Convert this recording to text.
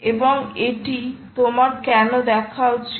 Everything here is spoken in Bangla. এবং এটি তোমার কেন দেখা উচিত